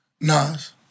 Nas